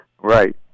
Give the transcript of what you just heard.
Right